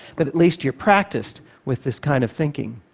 but at least you're practiced with this kind of thinking.